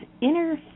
inner